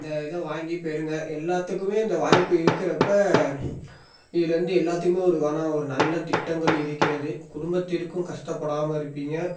இந்த இதை வாங்கி பெறுங்கள் எல்லாத்துக்குமே இந்த வாய்ப்பு இருக்கறப்போ இதுலேருந்து எல்லாத்துக்குமே ஒரு வான ஒரு நல்ல திட்டங்கள் இருக்கிறது குடும்பத்திற்கும் கஷ்டப்படாமல் இருப்பீங்க